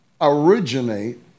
originate